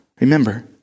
remember